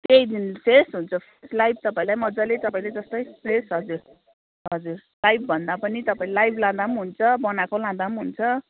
त्यही दिन फ्रेस हुन्छ लाइभ तपाईँहरूलाई मजाले तपाईँहरूले जस्तै फ्रेस हजुर हजुर लाइभभन्दा पनि तपाईँ लाइभ लाँदा पनि हुन्छ बनाएको लाँदा पनि हुन्छ